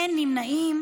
אין נמנעים.